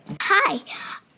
Hi